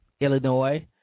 Illinois